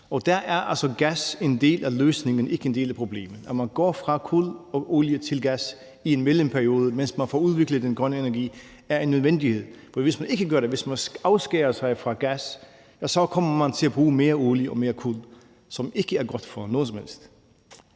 der er gas altså en del af løsningen, ikke en del af problemet. At man går fra kun at bruge olie til gas i en mellemperiode, mens man får udviklet den grønne energi, er en nødvendighed. For hvis man ikke gør det, altså hvis man afskærer sig fra gas, så kommer man til at bruge mere olie og kul, som ikke er godt for noget som helst.